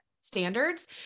standards